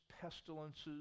pestilences